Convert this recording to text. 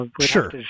Sure